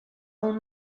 molt